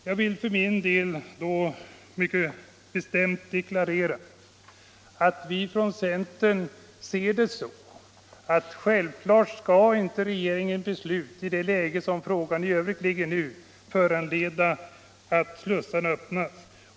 Jag vill mycket bestämt deklarera att vi från centern anser att regeringens beslut, i det läge frågan nu befinner sig, självfallet inte får föranleda att ”slussarna öppnas”.